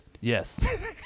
Yes